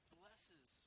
blesses